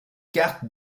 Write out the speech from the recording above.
carte